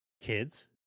kids